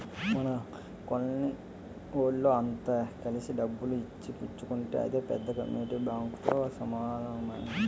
మన కోలనీ వోళ్ళె అంత కలిసి డబ్బులు ఇచ్చి పుచ్చుకుంటే అదే పెద్ద కమ్యూనిటీ బాంకుతో సమానంరా